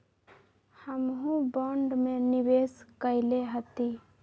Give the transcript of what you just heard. हमहुँ बॉन्ड में निवेश कयले हती